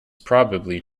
probably